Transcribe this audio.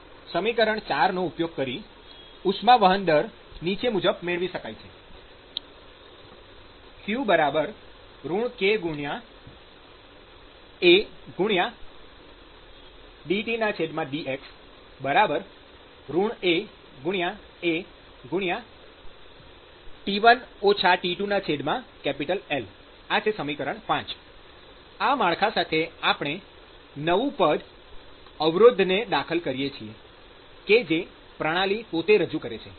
સમીકરણ ૪ નો ઉપયોગ કરી ઉષ્મા વહન દર નીચે મુજબ મેળવી શકાય છે q kAdTdx kAL ૫ આ માળખા સાથે આપણે નવું પદ અવરોધ ને દાખલ કરીએ છીએ કે જે પ્રણાલી પોતે રજૂ કરે છે